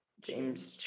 James